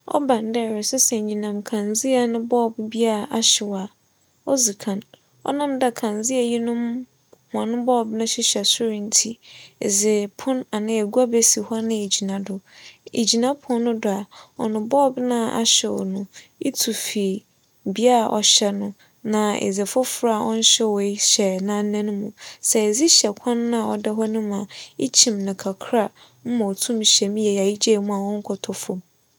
ͻba no dɛ meresesa enyinam kandzea bi no bulb a ahyew a, odzi kan, ͻnam dɛ kandzea yinom hͻn bulb no hyehyɛ sor ntsi edze pon anaa egua besi hͻ na egyina do. Igyina pon no do a, ͻno bulb no a ahyew no itu fi bea a ͻhyɛ no na edze fofor a ͻnnhyewee hyɛ n'ananmu. Sɛ edze hyɛ kwan no a ͻda hͻ no mu a, ikyim no kakra ma otum hyɛ mu yie a igyae mu a ͻnnkͻtͻ famu.